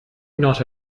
not